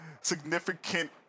significant